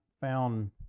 found